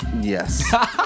Yes